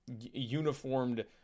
uniformed